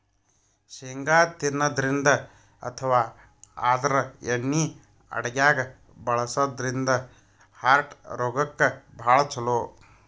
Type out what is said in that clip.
ಶೇಂಗಾ ತಿನ್ನದ್ರಿನ್ದ ಅಥವಾ ಆದ್ರ ಎಣ್ಣಿ ಅಡಗ್ಯಾಗ್ ಬಳಸದ್ರಿನ್ದ ಹಾರ್ಟ್ ರೋಗಕ್ಕ್ ಭಾಳ್ ಛಲೋ